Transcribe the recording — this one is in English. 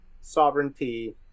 sovereignty